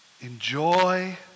Enjoy